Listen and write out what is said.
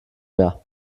mehr